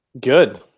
good